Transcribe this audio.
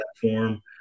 platform